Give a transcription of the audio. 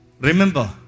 Remember